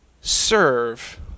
serve